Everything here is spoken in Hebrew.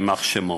יימח שמו,